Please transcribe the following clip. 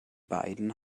beiden